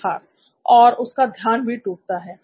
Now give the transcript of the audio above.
सिद्धार्थ और उसका ध्यान भी टूटता है